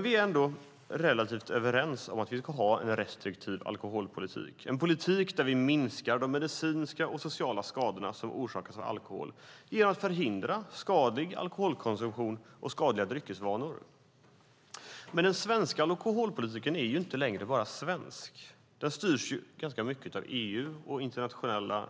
Vi är ändå relativt överens om att vi ska ha en restriktiv alkoholpolitik, en politik där vi minskar de medicinska och sociala skadorna som orsakas av alkohol genom att förhindra skadlig alkoholkonsumtion och skadliga dryckesvanor. Men den svenska alkoholpolitiken är inte längre bara svensk. Den styrs ganska mycket av EU och internationella